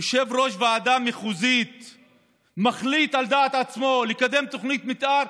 יושב-ראש ועדה מחוזית מחליט על דעת עצמו לקדם תוכנית מתאר,